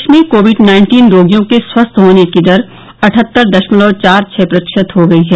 देश में COVID nineteen रोगियों के स्वस्थ होने की दर अठहत्तर दशमलव छह चार प्रतिशत हो गई है